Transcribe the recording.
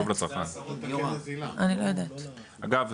אגב,